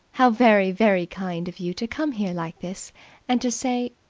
how very, very kind of you to come here like this and to say.